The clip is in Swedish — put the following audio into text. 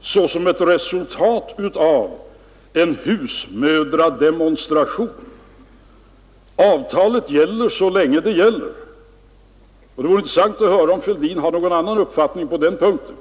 såsom ett resultat av en husmödrademonstration. Avtalet gäller så länge det gäller. Det vore intressant att höra om herr Fälldin har någon annan uppfattning på denna punkt.